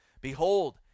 behold